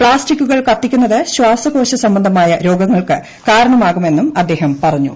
പ്താസ്റ്റിക്കുകൾ കത്തിക്കുന്നത് ശ്വാസകോശ സംബന്ധമായ രോഗങ്ങൾക്ക് കാരണമാകുമെന്നും അദ്ദേഹം പറഞ്ഞു